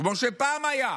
כמו שפעם היה,